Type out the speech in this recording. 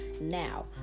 now